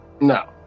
No